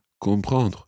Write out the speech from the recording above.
comprendre